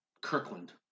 Kirkland